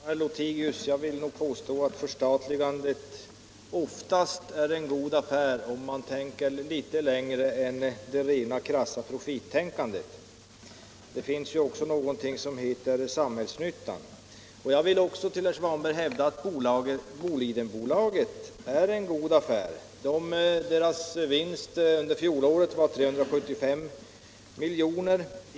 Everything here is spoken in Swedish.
Herr talman! Jag vill nog påstå att förstatligandet oftast är en god affär, om man ser litet längre än bara till det krassa profittänkandet. Det finns ju också någonting som heter samhällsnytta, herr Lothigius. Jag vill säga till herr Svanberg att jag hävdar att Bolidenbolaget är en god affär — vinsten under fjolåret var 375 miljoner.